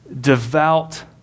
devout